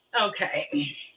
Okay